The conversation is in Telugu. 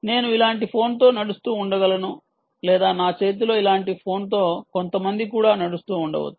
నేను ఇలాంటి ఫోన్తో నడుస్తూ ఉండగలను లేదా నా చేతిలో ఇలాంటి ఫోన్తో కొంతమంది కూడా నడుస్తూ ఉండవచ్చు